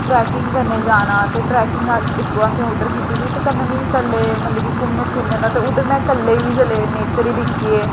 trekking करने जाना ते ट्रैकिंग इक अस उद्धर कीती दी ते कन्नै मिगी कल्लै मतलब कि घुम्मने फिरने ते उद्धर में कल्ले बी जेल्लै नेचर गी दिक्खयै